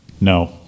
No